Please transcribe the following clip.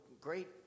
great